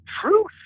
truth